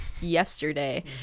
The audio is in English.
yesterday